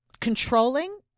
controlling